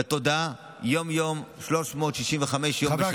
בתודעה יום-יום, 365 יום בשנה.